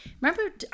Remember